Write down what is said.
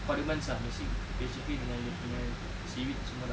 condiments ah basically dengan dia punya seaweed semua lah